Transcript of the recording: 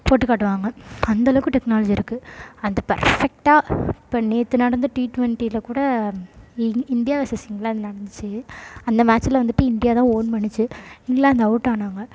போட்டுக் காட்டுவாங்க அந்தளவுக்கு டெக்னாலஜி இருக்குது அந்த பர்ஃபெக்டாக இப்போ நேற்று நடந்த டி டொண்ட்டியில் கூட இ இந்தியா வெர்சஸ் இங்கிலாந்து நடந்துச்சு அந்த மேட்ச்சில் வந்துவிட்டு இந்தியா தான் ஓன் பண்ணுச்சு இங்கிலாந்து அவுட்டானாங்க